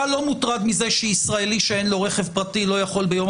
אתה לא מוטרד מזה שישראלי שאין לו רכב פרטי לא יכול ביום